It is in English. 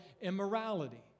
immorality